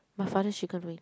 my father's chicken wing